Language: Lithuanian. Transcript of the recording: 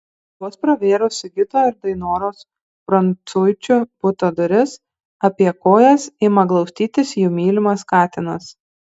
vos pravėrus sigito ir dainoros prancuičių buto duris apie kojas ima glaustytis jų mylimas katinas